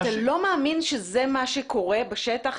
אתה לא מאמין שזה מה שקורה בשטח?